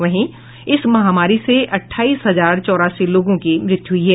वहीं इस महामारी से अठाईस हजार चौरासी लोगों की मृत्यु हुई है